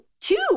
two